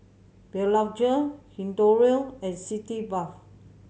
Blephagel Hirudoid and Sitz Bath